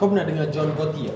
kau pernah dengar john gotti tak